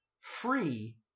free